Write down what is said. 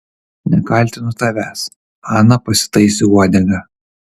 nekaltinu tavęs ana pasitaisė uodegą